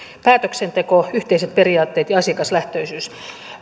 päätöksenteko yhteiset periaatteet ja asiakaslähtöisyys